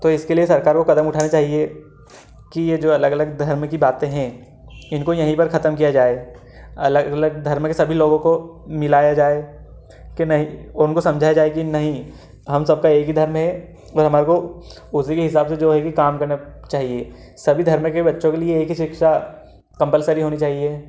तो इसके लिए सरकार को कदम उठाने चाहिए कि यह जो अलग अलग धर्म की बातें हैं इनको यहीं पर खत्म किया जाए अलग अलग धर्म के सभी लोगो को मिलाया जाए कि नहीं उनको समझाया जाए कि नहीं हम सबका एक ही धर्म है और हमारे को उसी के हिसाब से जो है कि काम करना चाहिए सभी धर्म के बच्चों के लिए एक ही शिक्षा कम्पलसरी होनी चाहिए